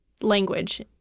language